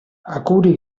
akuri